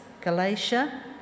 Galatia